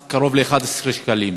הכניסה קרוב ל-11 שקלים,